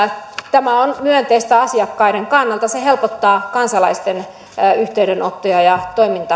tämä on myönteistä asiakkaiden kannalta se helpottaa kansalaisten yhteydenottoja ja